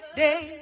day